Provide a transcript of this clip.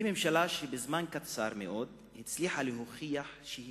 זו ממשלה שבזמן קצר מאוד הצליחה להוכיח שהיא